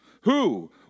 who